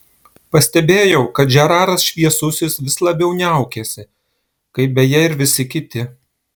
pastebėjau kad žeraras šviesusis vis labiau niaukiasi kaip beje ir visi kiti